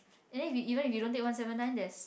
and then if even if you don't take one seven nine there's